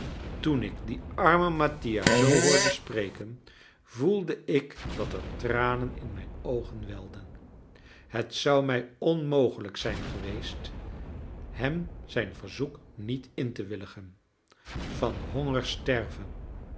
toen ik dien armen mattia zoo hoorde spreken voelde ik dat er tranen in mijn oogen welden het zou mij onmogelijk zijn geweest hem zijn verzoek niet in te willigen van honger sterven